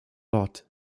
lot